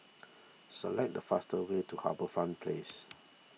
select the fastest way to HarbourFront Place